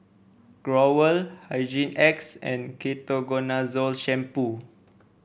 Growell Hygin X and Ketoconazole Shampoo